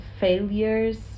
failures